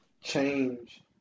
change